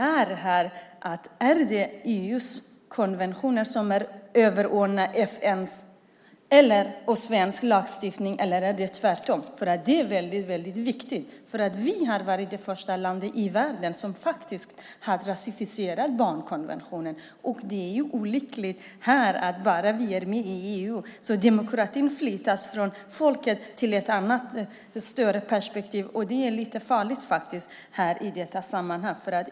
Är EU:s konventioner överordnade FN:s och svensk lagstiftning eller är det tvärtom? Det är viktigt. Sverige var det första landet i världen som ratificerade barnkonventionen. Det är olyckligt att bara för att vi är med i EU flyttas demokratin från folket till ett större perspektiv. Det är lite farligt i detta sammanhang.